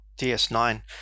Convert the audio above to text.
DS9